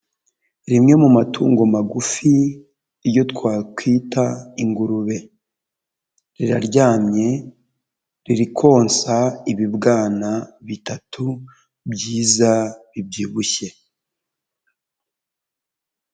Rimwe mu matungo magufi iyo twakwita ingurube, riraryamye, riri konsa ibibwana bitatu byiza bibyibushye.